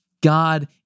God